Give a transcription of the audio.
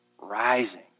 rising